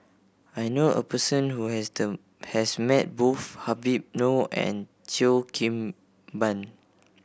I knew a person who has the has met both Habib Noh and Cheo Kim Ban